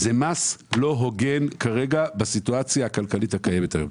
זה מס לא הוגן כרגע בסיטואציה הכלכלית הקיימת היום.